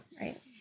right